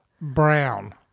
Brown